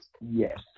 Yes